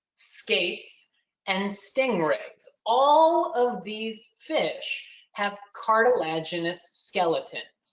skates and stingrays. all of these fish have cartilaginous skeleton.